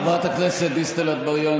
חברת הכנסת דיסטל אטבריאן,